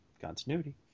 continuity